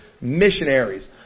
missionaries